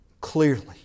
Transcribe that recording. clearly